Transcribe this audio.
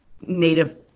Native